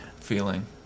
feeling